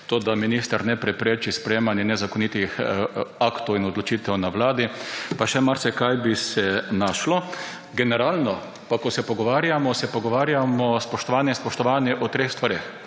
to, da minister ne prepeči sprejemanja nezakonitih aktov in odločitev na Vladi, pa še marsikaj bi se našlo. Generalno pa se, ko se pogovarjamo, pogovarjamo, spoštovane in spoštovani, o treh stvareh: